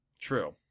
True